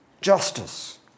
justice